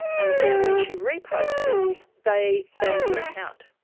and then when she reposted they banned her account.